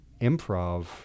improv